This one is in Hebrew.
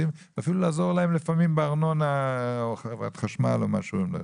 ואפילו לפעמים לעזור לה בארנונה או בחברת חשמל וכולי.